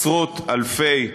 עשרות-אלפי בעלי-חיים.